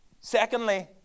Secondly